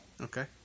okay